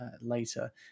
later